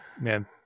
man